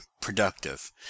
productive